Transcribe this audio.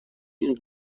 این